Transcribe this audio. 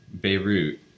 Beirut